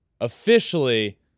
officially